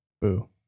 Boo